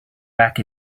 back